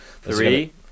Three